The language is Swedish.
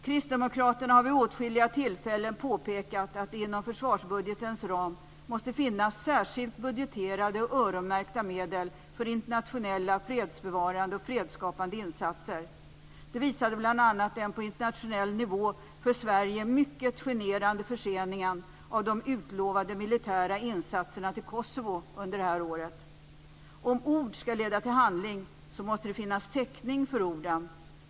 Kristdemokraterna har vid åtskilliga tillfällen påpekat att det inom försvarsbudgetens ram måste finnas särskilt budgeterade och öronmärkta medel för internationella fredsbevarande och fredsskapande insatser. Det visade bl.a. den på internationell nivå för Sverige mycket generande förseningen av de utlovade militära insatserna till Kosovo under detta år. Om ord ska leda till handling, måste det finnas täckning för orden.